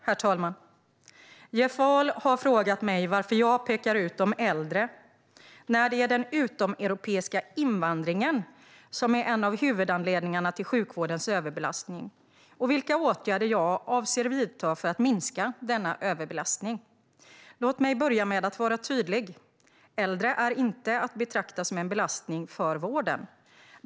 Herr talman! har frågat mig varför jag pekar ut de äldre, när det är den utomeuropeiska invandringen som är en av huvudanledningarna till sjukvårdens överbelastning samt vilka åtgärder jag avser att vidta för att minska denna överbelastning. Låt mig börja med att vara tydlig: Äldre är inte att betrakta som en belastning för vården.